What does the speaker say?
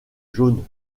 jaune